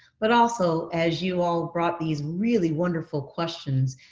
but also, as you all brought these really wonderful questions,